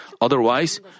Otherwise